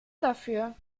dafür